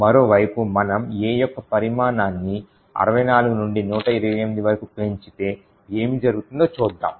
మరోవైపు మనము A యొక్క పరిమాణాన్ని 64 నుండి 128 వరకు పెంచితే ఏమి జరుగుతుందో చూద్దాం